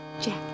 Jack